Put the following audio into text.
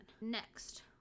next